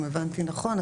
אם הבנתי נכון,